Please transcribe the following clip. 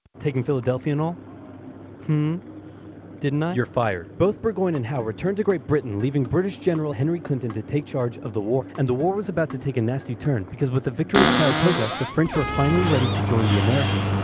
taking philadelphia and didn't i you're fired. both burgoyne and howe returned to great britain, leaving british general henry clinton to take charge of the war. and the war was about to take a nasty turn, because with the victory at saratoga, the french were finally ready to join the americans.